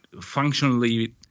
functionally